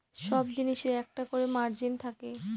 সব জিনিসের একটা করে মার্জিন থাকে